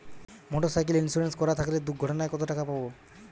Motorcycle insurance করা থাকলে দুঃঘটনায় কতটাকা পাব?